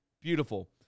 Beautiful